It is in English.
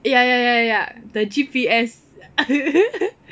ya ya ya ya the G_P_S